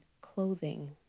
clothing